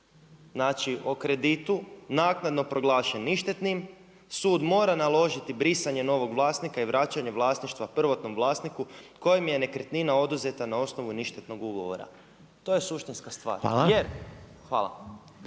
znači o kreditu naknado proglašen ništetni, sud mora naložiti brisanje novog vlasnika i vraćanje vlasništva prvotnom vlasniku kojem je nekretnina oduzeta na osnovu ništetnog ugovora. To je suštinska stvar …/Upadica